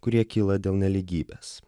kurie kyla dėl nelygybės